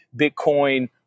Bitcoin